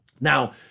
Now